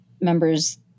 members